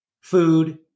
food